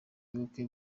bukwe